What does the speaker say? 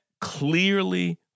clearly